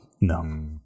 No